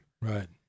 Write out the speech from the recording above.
right